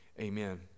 amen